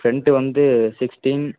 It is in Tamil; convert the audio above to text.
ஃப்ரண்ட்டு வந்து சிக்ஸ்டின்